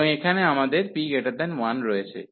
এবং এখানে আমাদের p1 রয়েছে